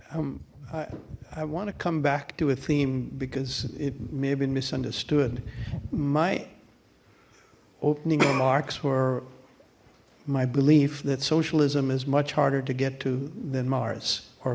be i want to come back to a theme because it may have been misunderstood my opening remarks were my belief that socialism is much harder to get to than mars or